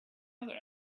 other